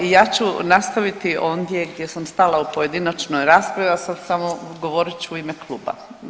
Evo, ja ću nastaviti ondje gdje sam stala u pojedinačnoj raspravi, ali sad samo govorit ću u ime kluba.